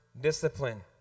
discipline